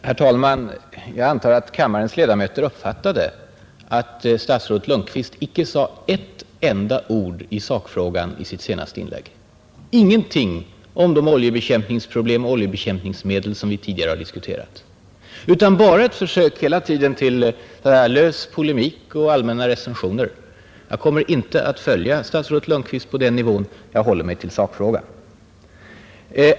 Herr talman! Jag antar att kammarens ledamöter uppfattade att statsrådet Lundkvist icke sade ett enda ord i sakfrågan i sitt senaste inlägg. Ingenting om de oljebekämpningsproblem och oljebekämpningsmedel vi tidigare har diskuterat utan hela tiden bara försök till lös polemik och allmänna recensioner av andra. Jag kommer inte att följa statsrådet Lundkvist ner till den nivån; jag håller mig till sakfrågan.